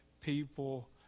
people